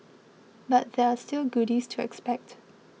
but there are still goodies to expect